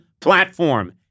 platform